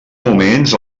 moments